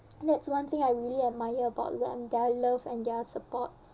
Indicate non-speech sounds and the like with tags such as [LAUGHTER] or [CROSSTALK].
[NOISE] that's one thing I really admire about them their love and their support